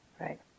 right